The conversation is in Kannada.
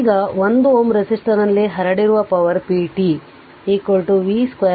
ಈಗ 1 Ω ರೆಸಿಸ್ಟರ್ನಲ್ಲಿ ಹರಡಿರುವ power p t v square R